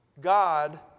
God